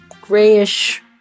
grayish